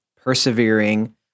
persevering